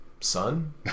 Son